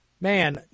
man